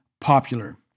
popular